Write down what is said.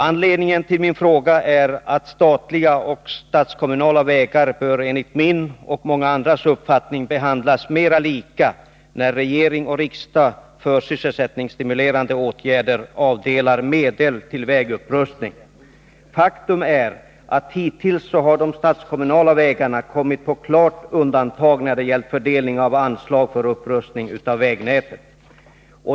Anledningen till min fråga är att statliga och statskommunala vägar enligt min och många andras uppfattning bör få en mer likvärdig behandling när regering och riksdag för sysselsättningsstimulerande åtgärder avdelar medel till vägupprustning. Faktum är att hittills har de statskommunala vägarna kommit på klart undantag när det gällt fördelning av anslag för upprustning av vägnätet.